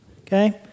okay